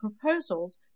proposals